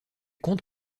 compte